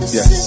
Yes